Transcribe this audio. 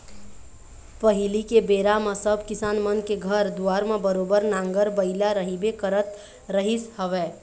पहिली के बेरा म सब किसान मन के घर दुवार म बरोबर नांगर बइला रहिबे करत रहिस हवय